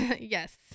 yes